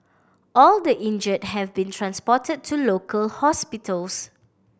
all the injured have been transported to local hospitals